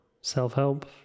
self-help